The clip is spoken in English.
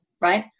right